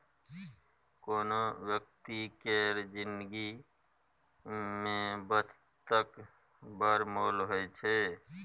कोनो बेकती केर जिनगी मे बचतक बड़ मोल होइ छै